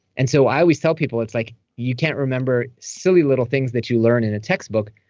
and so i always tell people, it's like, you can't remember silly little things that you learn in a textbook.